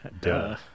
Duh